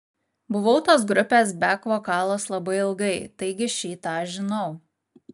buvau tos grupės bek vokalas labai ilgai taigi šį tą žinau